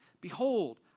Behold